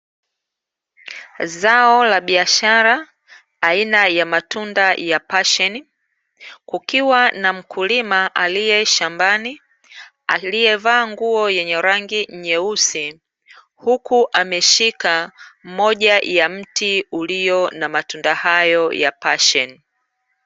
Zao la biashara aina ya matunda ya pasheni, kukiwa na mkulima aliye shambani, aliyevaa nguo yenye rangi nyeusi, huku ameshika moja ya mti ulio na matunda hayo ya pasheni.